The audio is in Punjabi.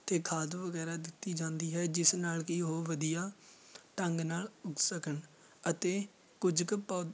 ਅਤੇ ਖਾਦ ਵਗੈਰਾ ਦਿੱਤੀ ਜਾਂਦੀ ਹੈ ਜਿਸ ਨਾਲ ਕਿ ਉਹ ਵਧੀਆ ਢੰਗ ਨਾਲ ਉੱਗ ਸਕਣ ਅਤੇ ਕੁਝ ਕੁ ਪੋ